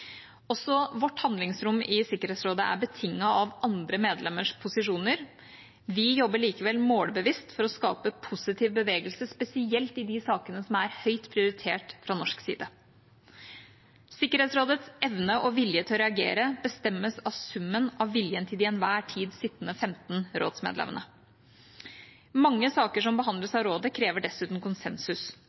Også vårt handlingsrom i Sikkerhetsrådet er betinget av de andre medlemmenes posisjoner. Vi jobber likevel målbevisst for å skape positiv bevegelse, spesielt i de sakene som er høyt prioritert fra norsk side. Sikkerhetsrådets evne og vilje til å reagere bestemmes av summen av viljen til de til enhver tid sittende 15 rådsmedlemmene. Mange saker som behandles av rådet, krever dessuten konsensus.